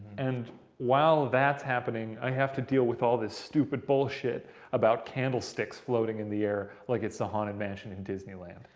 and while that's happening, i have to deal with all this stupid bullshit about candlesticks floating in the air like it's the haunted mansion in disneyland.